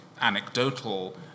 anecdotal